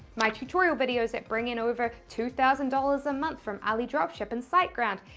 my tutorial videos that bring in over two thousand dollars a month from alidropship and site ground,